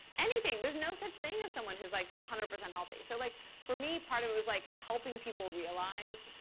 anything. there's no such thing as someone who's one like hundred percent healthy. so like for me, part of it was like helping people realize